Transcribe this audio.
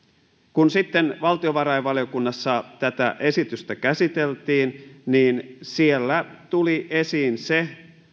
kun sitten valtiovarainvaliokunnassa tätä esitystä käsiteltiin niin siellä tuli esiin se